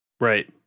Right